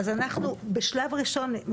אז אנחנו, בשלב ראשון, מבחינתי,